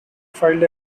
filed